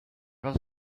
was